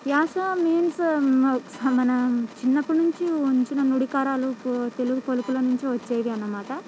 యాస means so మన చిన్నప్పటినుంచి వంచిన నుడికారాలు తెలుగు పలుకుల నుంచి వచ్చేవే అన్నమాట